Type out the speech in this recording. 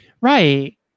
Right